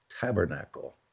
tabernacle